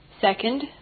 Second